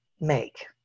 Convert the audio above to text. make